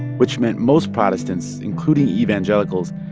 which meant most protestants, including evangelicals,